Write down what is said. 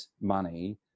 money